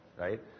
right